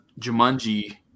Jumanji